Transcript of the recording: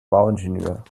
bauingenieur